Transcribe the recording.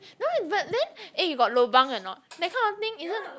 no leh but then eh you got lobang or not that kind of thing isn't